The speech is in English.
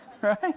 right